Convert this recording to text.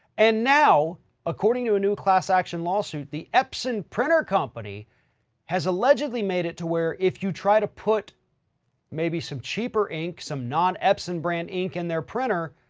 and now according to a new class action lawsuit, the epson printer company has allegedly made it to where if you try to put maybe some cheaper ink, some non epson brand ink in their printer,